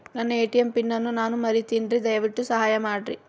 ನನ್ನ ATM PIN ಅನ್ನು ನಾನು ಮರಿತಿನ್ರಿ, ದಯವಿಟ್ಟು ಸಹಾಯ ಮಾಡ್ರಿ